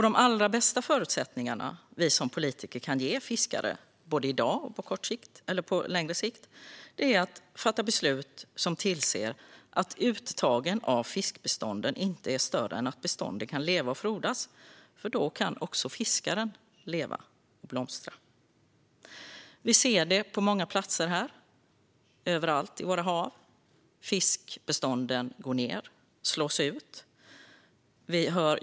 De allra bästa förutsättningar vi som politiker kan ge fiskare både i dag och på längre sikt är att vi fattar beslut som tillser att uttagen av fiskbestånden inte är större än att bestånden kan leva och frodas, för då kan också fiskaren leva och blomstra. Överallt i våra hav ser vi att fiskbestånden går ned och slås ut.